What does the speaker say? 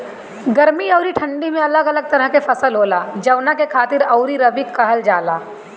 गर्मी अउरी ठंडी में अलग अलग तरह के फसल होला, जवना के खरीफ अउरी रबी कहल जला